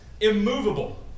immovable